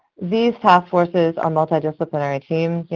these task forces are multidisciplinary teams.